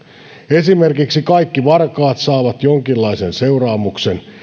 esimerkiksi kaikki varkaat saavat jonkinlaisen seuraamuksen